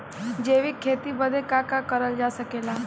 जैविक खेती बदे का का करल जा सकेला?